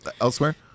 elsewhere